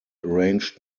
arranged